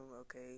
okay